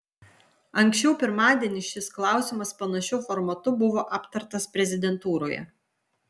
anksčiau pirmadienį šis klausimas panašiu formatu buvo aptartas prezidentūroje